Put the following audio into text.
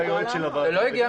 זה לא הגיע